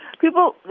people